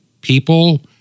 people